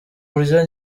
uburyo